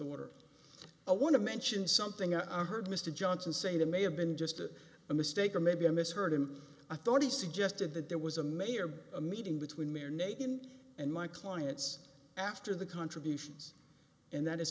water i want to mention something i heard mr johnson say that may have been just a mistake or maybe i misheard him i thought he suggested that there was a mayor a meeting between mayor nagin and my clients after the contributions and that is